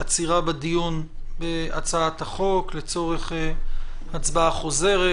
עצירה בדיון בהצעת החוק לצורך הצבעה חוזרת,